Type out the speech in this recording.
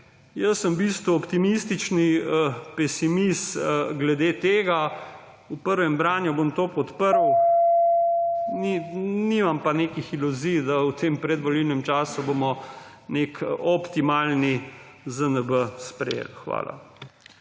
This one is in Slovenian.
Jaz sem v bistvu optimistični pesimist glede tega. V prvem branju bom to podprl, nimam pa nekih iluzij, da bomo v tem predvolilnem času nek optimalni ZNB sprejeli. Hvala.